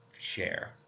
share